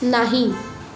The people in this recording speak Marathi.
नाही